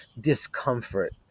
discomfort